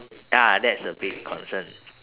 ya that's a big concern